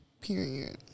Period